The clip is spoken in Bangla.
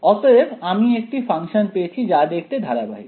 অতএব আমি একটি ফাংশন পেয়েছি যা দেখতে ধারাবাহিক